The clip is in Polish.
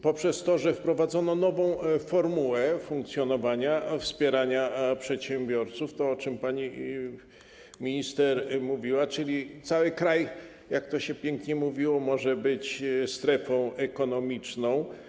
Poprzez to, że wprowadzono nową formułę funkcjonowania, wspierania przedsiębiorców, o czym mówiła pani minister, cały kraj, jak to się pięknie mówiło, może być strefą ekonomiczną.